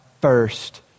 first